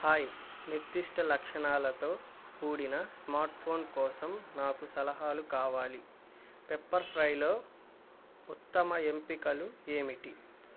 hi నిర్దిష్ట లక్షణాలతో కూడిన స్మార్ట్ ఫోన్ కోసం నాకు సలహాలు కావాలి పెప్పర్ ఫ్రైలో ఉత్తమ ఎంపికలు ఏమిటి